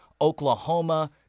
Oklahoma